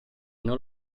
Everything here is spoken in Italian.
non